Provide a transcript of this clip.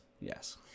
Yes